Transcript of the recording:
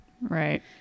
Right